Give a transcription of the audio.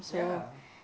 ya